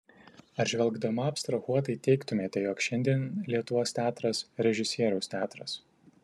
ar žvelgdama abstrahuotai teigtumėte jog šiandien lietuvos teatras režisieriaus teatras